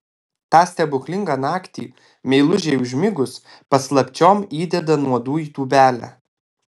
tą stebuklingą naktį meilužei užmigus paslapčiom įdeda nuodų į tūbelę